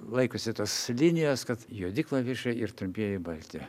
laikosi tos linijos kad juodi klavišai ir trumpieji balti